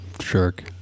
Shark